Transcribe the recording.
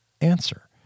answer